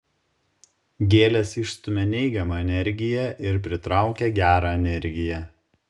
gėlės išstumia neigiamą energiją ir pritraukia gerą energiją